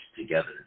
together